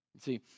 See